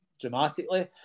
dramatically